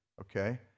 okay